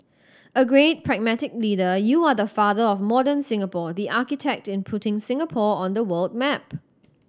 a great pragmatic leader you are the father of modern Singapore the architect in putting Singapore on the world map